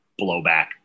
blowback